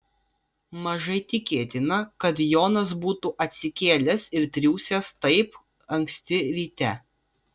mažai tikėtina kad jonas būtų atsikėlęs ir triūsęs taip anksti ryte